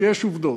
כי יש עובדות,